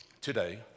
today